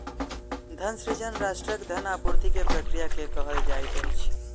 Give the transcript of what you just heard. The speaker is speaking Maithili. धन सृजन राष्ट्रक धन आपूर्ति के प्रक्रिया के कहल जाइत अछि